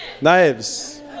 knives